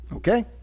Okay